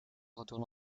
retourne